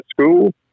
school